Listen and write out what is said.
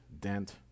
dent